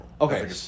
Okay